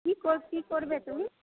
কী কী করবে তুমি